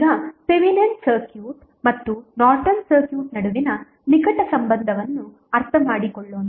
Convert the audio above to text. ಈಗ Thevenin circuit ಮತ್ತು Norton circuit ನಡುವಿನ ನಿಕಟ ಸಂಬಂಧವನ್ನು ಅರ್ಥಮಾಡಿಕೊಳ್ಳೋಣ